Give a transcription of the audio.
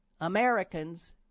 Americans